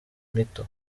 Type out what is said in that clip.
mito